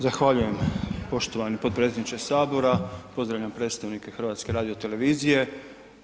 Zahvaljujem poštovani potpredsjedniče Sabora, pozdravljam predstavnike HRT-a.